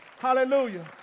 Hallelujah